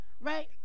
Right